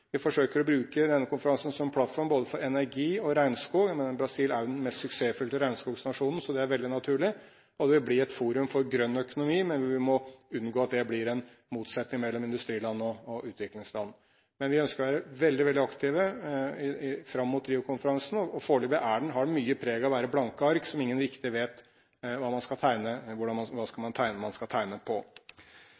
Vi forsøker å bruke denne konferansen som en plattform for både energi og regnskog. Brasil er jo den mest suksessfylte regnskogsnasjonen, så det er veldig naturlig. Det vil bli et forum for grønn økonomi, men vi må unngå at det blir en motsetning mellom industriland og utviklingsland. Vi ønsker å være veldig, veldig aktive fram mot Rio-konferansen. Foreløpig har den mye preg av å være blanke ark der ingen riktig vet hva man skal tegne.